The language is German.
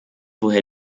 woher